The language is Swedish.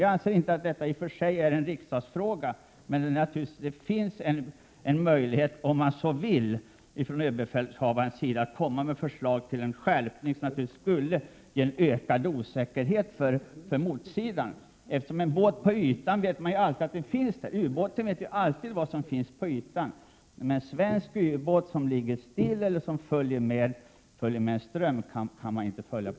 Jag anser i och för sig inte att detta är en riksdagsfråga. Men om överbefälhavaren så vill finns det alltså möjlighet för honom att föreslå en skärpning som skulle innebära en starkt ökad osäkerhet för motsidan. I en ubåt vet man genom hydrofoner alltid vad som finns på ytan. Men en svensk ubåt som ligger stilla eller följer med strömmarna upptäcks inte så lätt av en inkräktande ubåt.